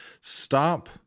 stop